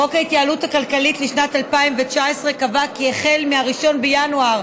חוק ההתייעלות הכלכלית לשנת 2019 קבע כי החל מ-1 בינואר